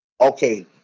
Okay